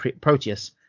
Proteus